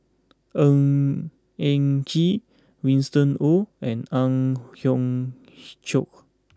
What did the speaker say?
Ng Eng Kee Winston Oh and Ang Hiong Chiok